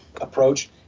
approach